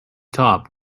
top